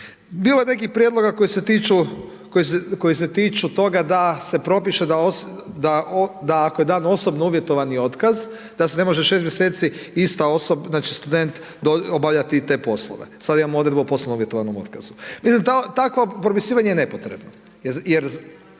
Bilo je nekih prijedloga koji se tiču toga da se propiše da ako je dan osobno uvjetovani otkaz, da se ne može 6 mjeseci ista znači student obavljati te poslove. Sada imamo odredbu o poslovno uvjetovanom otkazu. Mislim takvo propisivanje je nepotrebno jer